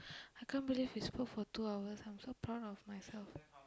I can't believe we spoke for two hours I'm so proud of myself